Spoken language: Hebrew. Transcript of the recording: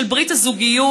של ברית הזוגיות,